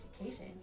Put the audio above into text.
education